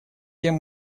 кем